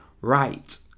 right